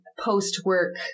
post-work